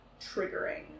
triggering